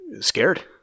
scared